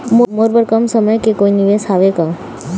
मोर बर कम समय के कोई निवेश हावे का?